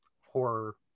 horror